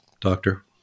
Doctor